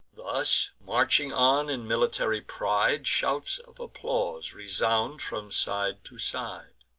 thus marching on in military pride, shouts of applause resound from side to side.